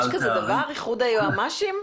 יש דבר כזה שנקרא איחוד היועצים המשפטיים?